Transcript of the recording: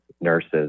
nurses